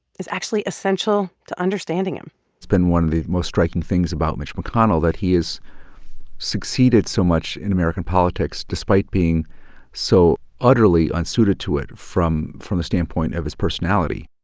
is actually essential to understanding him it's been one of the most striking things about mitch mcconnell that he has succeeded so much in american politics, despite being so utterly unsuited to it from from the standpoint of his personality.